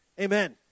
Amen